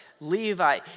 Levi